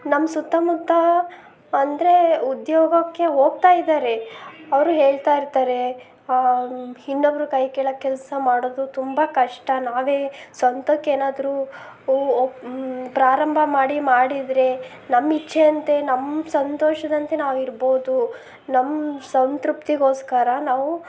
ನಮ್ಮ ಸುತ್ತಮುತ್ತ ಅಂದರೆ ಉದ್ಯೋಗಕ್ಕೆ ಹೋಗ್ತಾ ಇದ್ದಾರೆ ಅವರು ಹೇಳ್ತಾ ಇರ್ತಾರೆ ಇನ್ನೊಬ್ರ ಕೈ ಕೆಳಗೆ ಕೆಲಸ ಮಾಡೋದು ತುಂಬ ಕಷ್ಟ ನಾವೇ ಸ್ವಂತಕ್ಕೇನಾದ್ರೂ ಪ್ರಾರಂಭ ಮಾಡಿ ಮಾಡಿದರೆ ನಮ್ಮ ಇಚ್ಛೆಯಂತೆ ನಮ್ಮ ಸಂತೋಷದಂತೆ ನಾವು ಇರ್ಬೋದು ನಮ್ಮ ಸಂತೃಪ್ತಿಗೋಸ್ಕರ ನಾವು